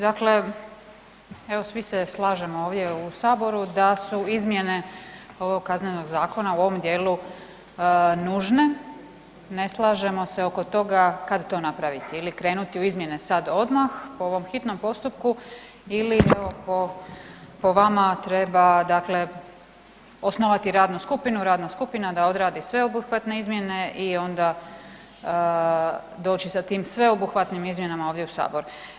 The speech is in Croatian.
Dakle, evo svi se slažemo ovdje u Saboru da su izmjene ovog Kaznenog zakona u ovom dijelu nužne, ne slažemo se oko toga kad to napraviti ili krenuti u izmjene sad odmah po ovom hitnom postupku ili evo, po vama, treba dakle osnovati radnu skupinu, radna skupina da odradi sveobuhvatne izmjene i onda doći sa tim sveobuhvatnim izmjenama ovdje u Sabor.